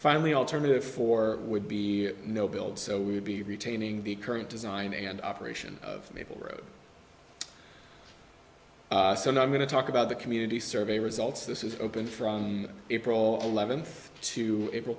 finally alternative for would be no build so we would be retaining the current design and operation of maple road so now i'm going to talk about the community survey results this is open from april eleventh to